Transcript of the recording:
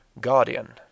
guardian